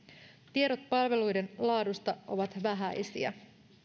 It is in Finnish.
tiedot palveluiden laadusta ovat vähäisiä